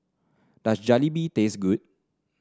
does Jalebi taste good